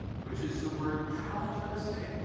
which is the word palingenesia,